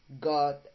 god